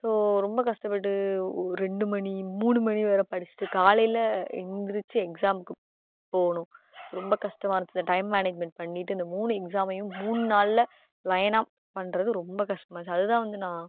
so ரொம்ப கஷ்டப்பட்டு ஒ ரெண்டு மணி மூணு மணி வரை படித்திட்டு காலையில் எந்திருச்சு எக்ஸாமுக்கு போகணும் ரொம்ப கஷ்டமாக இருந்துச்சு டைம் மேனேஜ்மெண்ட் பண்ணிகிட்டு இந்த மூணு எக்ஸாமையும் மூணு நாளில் லைனாக பண்ணுறது ரொம்ப கஷ்டமாக இருந்துச்சு அது தான் வந்து நான்